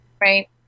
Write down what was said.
Right